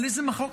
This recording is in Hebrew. על איזו מחלוקת?